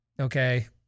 okay